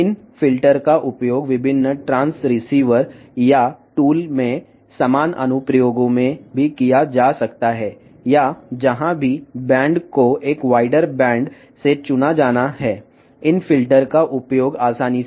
ఈ ఫిల్టర్లను వివిధ ట్రాన్స్రిసీవర్ లేదా టూల్స్లో లేదా విస్తృత బ్యాండ్ నుండి నిర్దిష్ట బ్యాండ్ ని ఎంచుకోవాలో అక్కడ ఈ ఫిల్టర్లను సులభంగా ఉపయోగించవచ్చును